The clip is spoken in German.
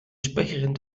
sprecherin